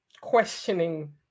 questioning